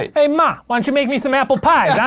it. hey, ma, why don't you make me some apple pie,